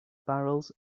barrels